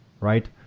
right